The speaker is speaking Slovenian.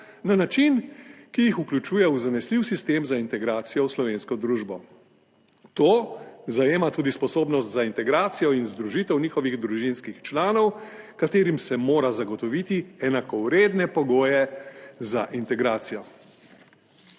na način, ki jih vključuje v zanesljiv sistem za integracijo v slovensko družbo, to zajema tudi sposobnost za integracijo in združitev njihovih družinskih članov, katerim se mora zagotoviti enakovredne pogoje za integracijo.